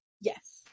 Yes